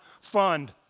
fund